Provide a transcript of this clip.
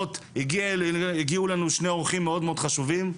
הגיעו אלינו שני אורחים מאוד מאוד חשובים,